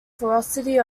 ferocity